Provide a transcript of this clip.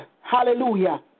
hallelujah